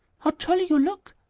how jolly you look!